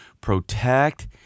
protect